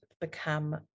become